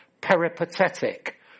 peripatetic